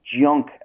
junk